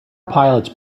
pilots